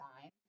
time